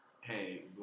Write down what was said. hey